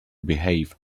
behave